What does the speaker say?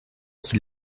qui